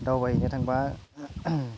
दावबायहैनो थांबा